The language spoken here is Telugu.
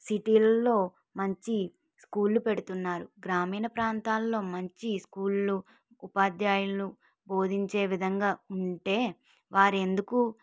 సిటీలలో మంచి స్కూళ్ళు పెడుతున్నారు గ్రామీణ ప్రాంతాలలో మంచి స్కూళ్ళు ఉపాధ్యాయులు బోధించే విధంగా ఉంటే వారు ఎందుకు